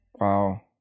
Wow